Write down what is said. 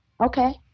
okay